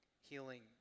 healing